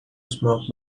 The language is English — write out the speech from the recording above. smoke